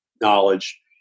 knowledge